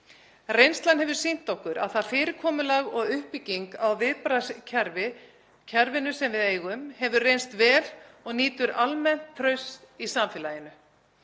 Reynslan hefur sýnt okkur að það fyrirkomulag og uppbygging á viðbragðskerfi, kerfinu sem við eigum, hefur reynst vel og nýtur almenns trausts í samfélaginu.